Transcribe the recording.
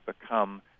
become